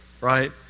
right